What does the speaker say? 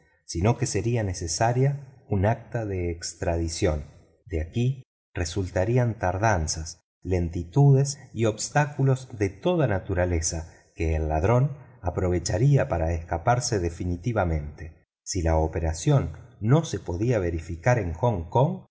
sino que sería necesaria un acta de extradición de aquí resultarían tardanzas lentitudes y obstáculos de toda naturaleza que el ladrón aprovecharía para escaparse definitivamente si la operación no se podía verificar en hong kong